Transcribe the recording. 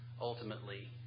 ultimately